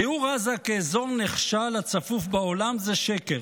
תיאור עזה כאזור נחשל הצפוף בעולם הוא שקר.